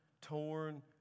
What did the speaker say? torn